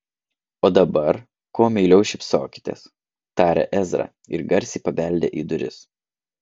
o dabar kuo meiliau šypsokitės tarė ezra ir garsiai pabeldė į duris